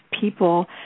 people